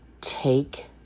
take